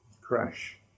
Crash